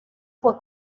fue